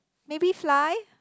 maybe fly